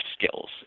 skills